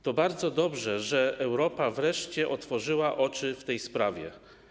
To bardzo dobrze, że Europa wreszcie otworzyła oczy w tej sprawie.